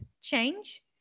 change